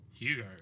Hugo